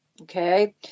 okay